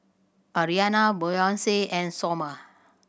Arianna Boyce and Somer